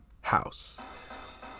house